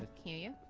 q u